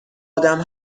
ادم